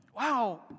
wow